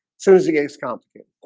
soon as he gets complicated